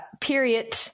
period